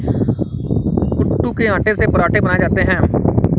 कूटू के आटे से पराठे बनाये जाते है